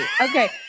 Okay